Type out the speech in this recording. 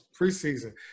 preseason